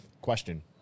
question